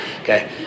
okay